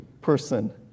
person